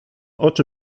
oczy